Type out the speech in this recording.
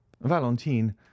valentine